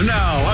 now